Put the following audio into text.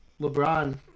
LeBron